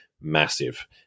massive